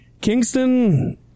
Kingston